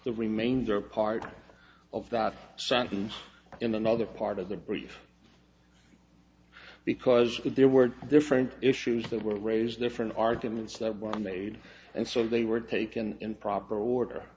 the remainder part of that sentence in another part of the brief because there were different issues that were raised different arguments that were made and so they were taken in proper order